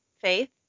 faith